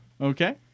Okay